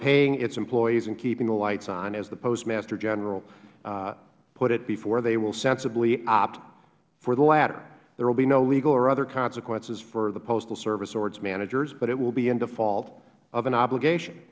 paying its employees and keeping the lights on as the postmaster general put it before they will sensibly opt for the latter there will be no legal or other consequences for the postal service or its managers but it will be in default of an obligation